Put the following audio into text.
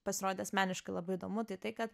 pasirodė asmeniškai labai įdomu tai tai kad